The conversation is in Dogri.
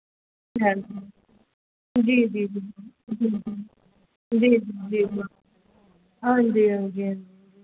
जी जी जी जी जी जी जी जी हांजी हांजी हांजी